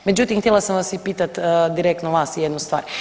Međutim, htjela sam vas i pitat direktno vas jednu stvar.